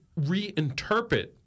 reinterpret